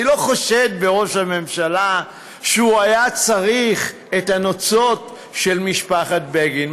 אני לא חושד בראש הממשלה שהוא היה צריך את הנוצות של משפחת בגין.